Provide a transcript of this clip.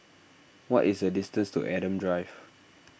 what is the distance to Adam Drive